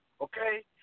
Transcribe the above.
okay